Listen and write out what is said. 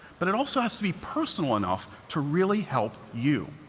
but it also has to be personal enough to really help you.